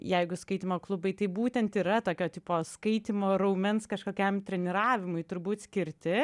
jeigu skaitymo klubai tai būtent yra tokio tipo skaitymo raumens kažkokiam treniravimui turbūt skirti